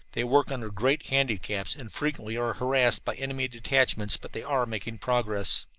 they work under great handicaps and frequently are harassed by enemy detachments but they are making progress.